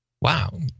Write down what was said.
Wow